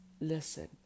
listen